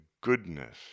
goodness